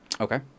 Okay